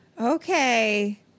okay